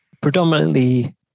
predominantly